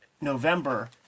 November